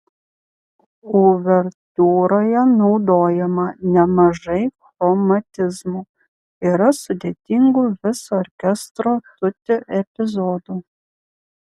uvertiūroje naudojama nemažai chromatizmų yra sudėtingų viso orkestro tutti epizodų